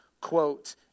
quote